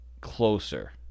closer